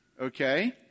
Okay